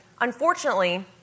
Unfortunately